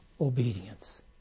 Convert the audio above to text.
obedience